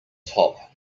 top